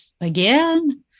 again